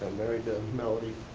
married to melody,